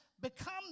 become